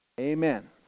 Amen